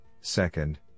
second